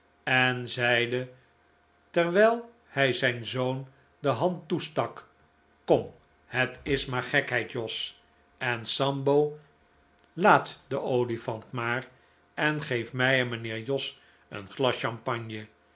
en zeide terwijl hij zijn zoon de hand toestak kom het is maar gekheid jos en sambo laat den olifant maar en geef mij en mijnheer jos een glas champagne